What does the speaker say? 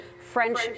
French